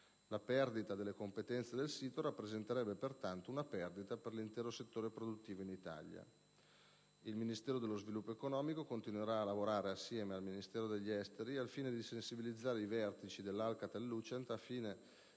La perdita delle competenze del sito rappresenterebbe pertanto una perdita per l'intero settore produttivo in Italia. Il Ministero dello sviluppo economico continuerà a lavorare assieme al Ministero degli affari esteri al fine di sensibilizzare i vertici dell'Alcatel-Lucent per